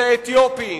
את האתיופים,